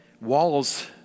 walls